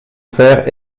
faire